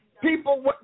People